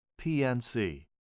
PNC